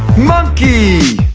monkey